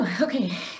okay